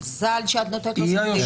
ממצא משמעותי נוסף שנכון להעיר עליו